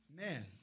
Man